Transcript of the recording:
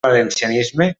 valencianisme